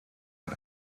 out